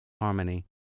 harmony